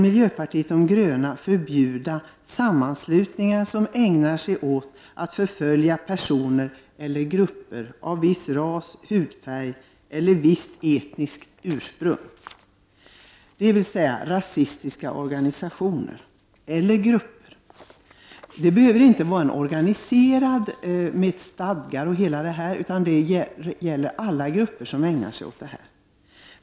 Miljöpartiet de gröna vill förbjuda sammanslutningar som ägnar sig åt att förfölja personer eller grupper av viss ras, hudfärg eller visst etniskt ursprung, dvs. rasistiska organisationer eller grupper. Ett förbud skulle inte bara gälla mot organisationer med egna stadgar och annat utan mot alla grupper som ägnar sig åt sådant.